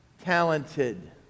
talented